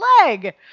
leg